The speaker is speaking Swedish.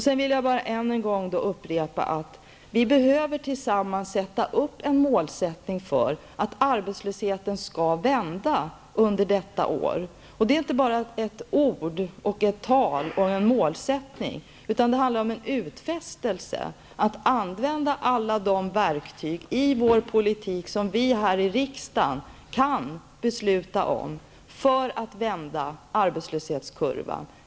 Sedan vill jag än en gång upprepa att vi behöver tillsammans sätta upp en målsättning för att arbetslösheten skall vända under detta år. Det är inte bara ett ord och ett tal och en målsättning, utan det handlar om en utfästelse att använda alla de verktyg i vår politik som vi här i riksdagen kan besluta om för att vända arbetslöshetskurvan.